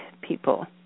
people